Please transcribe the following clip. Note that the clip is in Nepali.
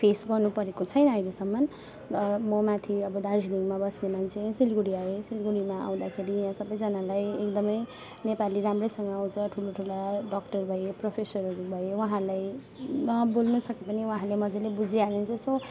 फेस गर्नु परेको छैन अहिलेसम्म म माथि अब दार्जिलिङमा बस्ने मान्छे सिलगुडीमा आएँ सिलगुडीमा आउँदाखेरि सबैजनालाई एकदमै नेपाली राम्रैसँग आउँछ ठुला ठुला डक्टर भयो प्रोफेसरहरू भयो उहाँहरूलाई बोल्न नसके पनि उहाँहरूले मजाले बुझिहाल्नुहुन्छ